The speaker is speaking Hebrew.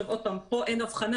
שוב, אין כאן הבחנה